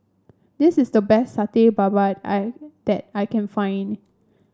this is the best Satay Babat I that I can find